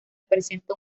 presenta